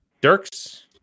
dirks